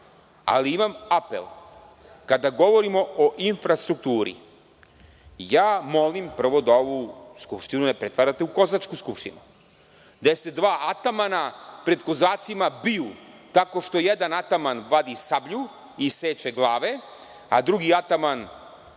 ali imam apel. Kada govorimo o infrastrukturi, molim da ovu skupštinu ne pretvarate u kozačku skupštinu, gde se dva atamana pred kozacima biju tako što jedan ataman vadi sablju i seče glave, a drugi ataman